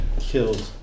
killed